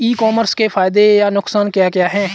ई commerce के फायदे या नुकसान क्या क्या हैं?